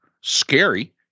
scary